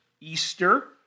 Easter